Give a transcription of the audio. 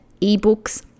eBooks